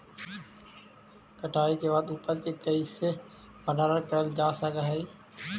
कटाई के बाद उपज के कईसे भंडारण करल जा सक हई?